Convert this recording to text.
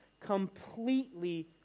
completely